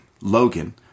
Logan